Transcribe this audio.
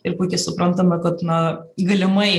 ir puikiai suprantame kad na galimai